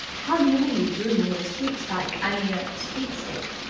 how do you mean you drew me in a sweepstike i mean a sweepstake?